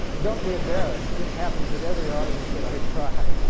don't be embarrassed. this happens with every audience that i try.